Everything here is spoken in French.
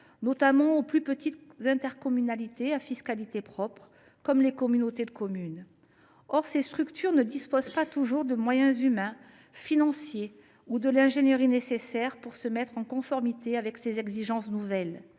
notamment aux plus petites intercommunalités à fiscalité propre, comme les communautés de communes. Or ces structures ne disposent pas toujours des moyens humains, financiers ou de l’ingénierie nécessaires pour se mettre en conformité avec ces nouvelles